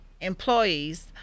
employees